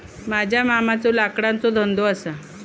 माझ्या मामाचो लाकडाचो धंदो असा